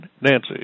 Nancy